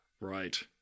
Right